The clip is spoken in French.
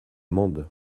mende